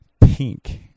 pink